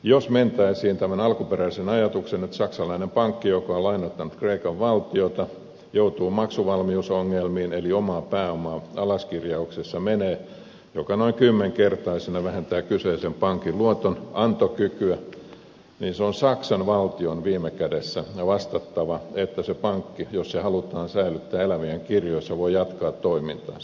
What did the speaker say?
jos mentäisiin tähän alkuperäiseen ajatukseen että saksalainen pankki joka on lainoittanut kreikan valtiota joutuu maksuvalmiusongelmiin eli omaa pääomaa alaskirjauksessa menee mikä noin kymmenkertaisena vähentää kyseisen pankin luotonantokykyä niin on saksan valtion viime kädessä vastattava siitä että se pankki jos se halutaan säilyttää elävien kirjoissa voi jatkaa toimintaansa